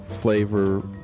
flavor